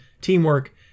teamwork